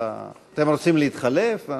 אתם רוצים להתחלף?